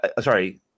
sorry